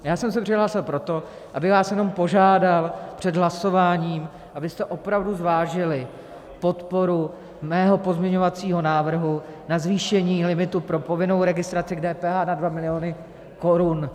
Já jsem se přihlásil proto, abych vás jenom požádal před hlasováním, abyste opravdu zvážili podporu mého pozměňovacího návrhu na zvýšení limitu pro povinnou registraci k DPH na 2 miliony korun.